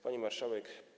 Pani Marszałek!